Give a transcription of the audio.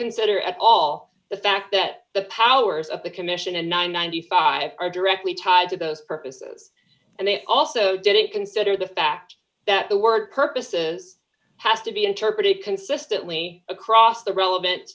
consider at all the fact that the powers of the commission and nine hundred and ninety five are directly tied to those purposes and they also didn't consider the fact that the word purposes has to be interpreted consistently across the relevant